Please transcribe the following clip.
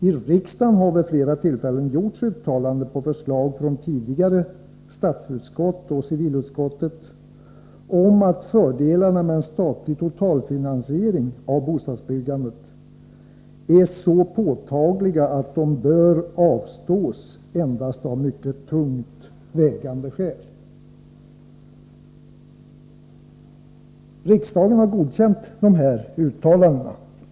I riksdagen har vid flera tillfällen gjorts uttalanden på förslag från tidigare statsutskottet och civilutskottet om att fördelarna med en statlig totalfinansiering av bostadsbyggandet ”är så påtagliga att de bör avstås endast av mycket tungt vägande skäl”. Riksdagen har godkänt dessa uttalanden.